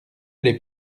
les